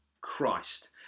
Christ